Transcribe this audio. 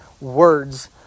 words